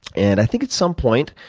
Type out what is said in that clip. and i think at some point,